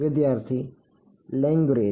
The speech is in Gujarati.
વિદ્યાર્થી લેગ્રેન્જ